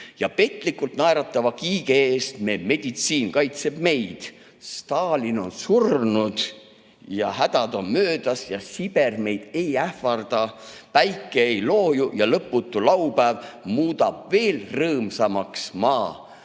Ja petlikult naeratava Kiige eest me meditsiin kaitseb meid. Stalin on surnud ja hädad on möödas ja Siber meid ei ähvarda. Päike ei looju ja lõputu laupäev muudab veel rõõmsamaks maa.